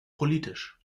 politisch